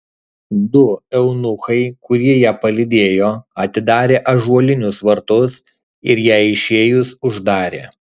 du eunuchai kurie ją palydėjo atidarė ąžuolinius vartus ir jai išėjus uždarė